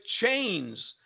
chains